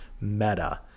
meta